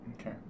okay